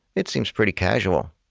it seems pretty casual.